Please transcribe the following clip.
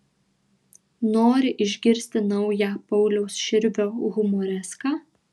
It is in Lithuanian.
nori išgirsti naują pauliaus širvio humoreską